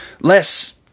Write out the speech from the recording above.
less